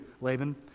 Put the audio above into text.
Laban